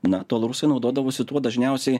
na tol rusai naudodavosi tuo dažniausiai